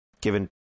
given